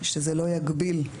שזה לא יגביל.